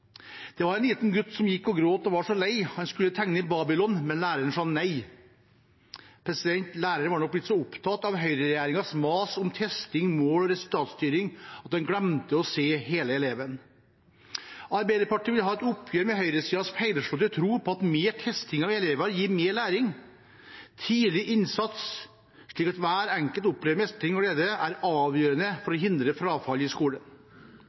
var en liten gutt som gikk og gret og var så lei. Hæin skulle tegne Babylon, men lærer'n hæin sa nei,» Læreren var nok blitt så opptatt av høyreregjeringens mas om testing, mål og resultatstyring at han glemte å se hele eleven. Arbeiderpartiet vil ta et oppgjør med høyresidens feilslåtte tro på at mer testing av elever gir mer læring. Tidlig innsats, slik at hver enkelt opplever mestring og glede, er avgjørende for å hindre frafall i skolen.